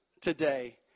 today